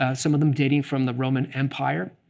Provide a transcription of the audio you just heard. ah some of them dating from the roman empire.